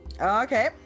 Okay